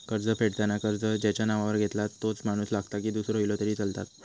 कर्ज फेडताना कर्ज ज्याच्या नावावर घेतला तोच माणूस लागता की दूसरो इलो तरी चलात?